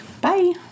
Bye